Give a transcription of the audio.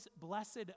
blessed